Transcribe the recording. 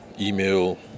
email